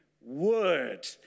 word